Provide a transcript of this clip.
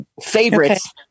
favorites